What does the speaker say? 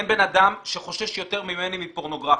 אין אדם שחושש יותר ממני מפורנוגרפיה.